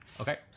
Okay